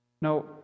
Now